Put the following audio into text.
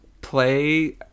play